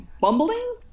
bumbling